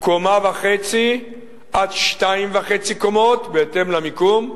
קומה וחצי עד שתיים וחצי קומות, בהתאם למיקום.